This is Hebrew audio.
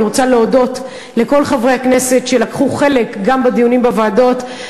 אני רוצה להודות לכל חברי הכנסת שלקחו חלק גם בדיונים בוועדות,